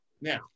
now